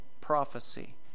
prophecy